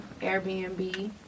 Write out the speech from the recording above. Airbnb